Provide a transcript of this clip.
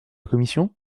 commission